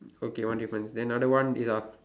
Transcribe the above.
okay one difference then another one is uh